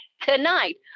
tonight